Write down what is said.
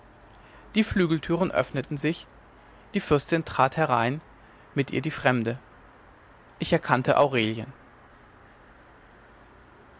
die flügeltüren öffneten sich die fürstin trat herein mit ihr die fremde ich erkannte aurelien